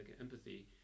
empathy